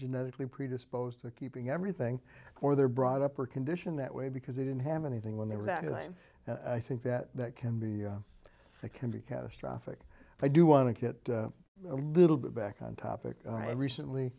genetically predisposed to keeping everything or they're brought up or condition that way because they didn't have anything when they were that i think that that can be it can be catastrophic i do want to get a little bit back on topic i recently